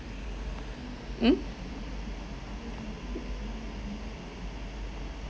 mm